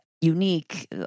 unique